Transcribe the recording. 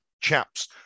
chap's